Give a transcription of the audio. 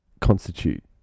constitute